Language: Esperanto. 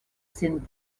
sin